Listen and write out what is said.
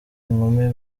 inkumi